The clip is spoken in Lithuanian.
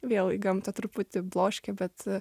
vėl į gamtą truputį bloškia bet